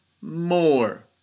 more